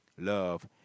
love